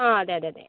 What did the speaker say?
ആ അതെ അതെതെ